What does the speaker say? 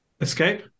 Escape